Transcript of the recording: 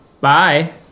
Bye